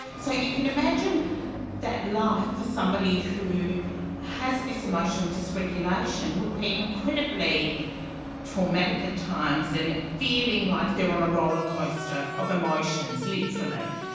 so you can imagine that life for somebody who has this emotional dysregulation would be incredibly traumatic at times, and feeling like they are on a rollercoaster of emotions, literally.